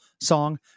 song